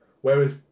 whereas